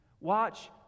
Watch